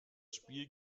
spiel